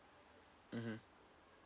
mmhmm